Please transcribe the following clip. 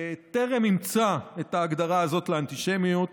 טרם אימצה את ההגדרה הזאת לאנטישמיות